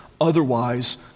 otherwise